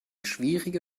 schwierige